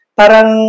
parang